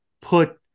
put